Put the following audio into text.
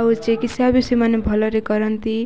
ଆଉ ଚିକିତ୍ସା ବି ସେମାନେ ଭଲରେ କରନ୍ତି